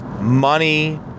money